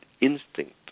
instinct